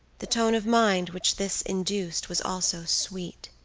the tone of mind which this induced was also sweet.